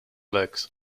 legs